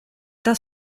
das